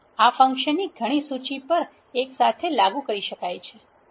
આ ફંક્શન ઘણી સૂચિ પર એક સાથે લાગુ કરી શકાય છે